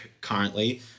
currently